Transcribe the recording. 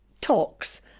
talks